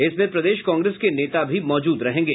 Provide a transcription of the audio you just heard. इसमें प्रदेश कांग्रेस के नेता भी मौजूद रहेंगे